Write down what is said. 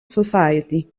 society